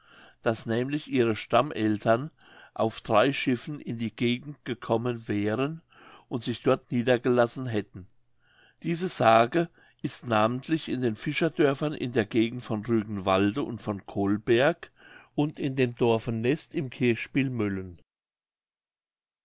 daß nämlich ihre stammeltern auf drei schiffen in die gegend gekommen wären und sich dort niedergelassen hätten diese sage ist namentlich in den fischerdörfern in der gegend von rügenwalde und von colberg und in dem dorfe nest im kirchspiel möllen